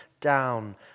down